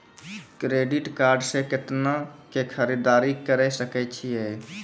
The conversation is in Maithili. क्रेडिट कार्ड से कितना के खरीददारी करे सकय छियै?